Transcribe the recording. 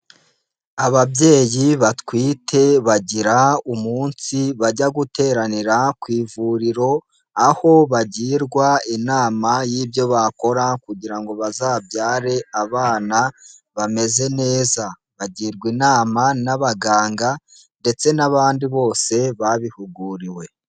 Ababyeyi batwite bagira umunsi bajya guteranira ku ivuriro, aho bagirwa inama y'ibyo bakora kugira ngo bazabyare abana bameze neza, bagirwa inama n'abaganga ndetse n'abandi bose babihuguriwe.